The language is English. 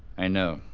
i know.